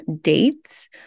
dates